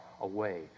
away